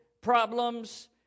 problems